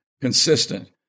consistent